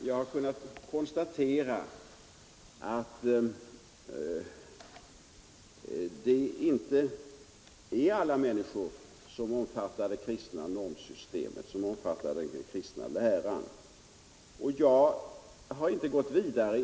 Jag har också konstaterat att den kristna läran och det kristna normsystemet inte omfattas av alla människor.